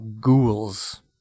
ghouls